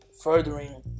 furthering